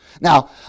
Now